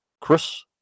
Chris